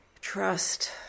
Trust